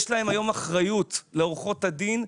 יש להם היום אחריות, לעורכות הדין,